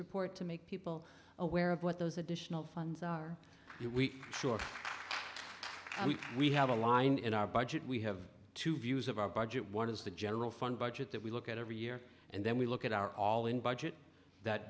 report to make people aware of what those additional funds are we sure we have a line in our budget we have two views of our budget one is the general fund budget that we look at every year and then we look at our all in budget that